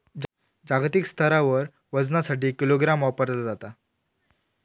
जागतिक स्तरावर वजनासाठी किलोग्राम वापरला जाता